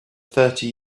thirty